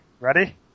Ready